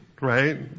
Right